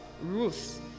Ruth